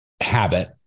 habit